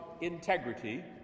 integrity